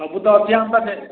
ସବୁ ତ ଅଛି ଆମ ପାଖରେ